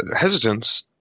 hesitance